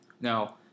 Now